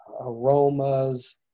aromas